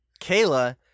Kayla